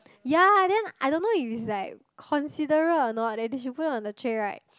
ya then I don't know if it's like considerate or not leh they should put in on the tray right